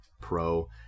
pro